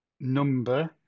number